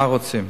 מה רוצים?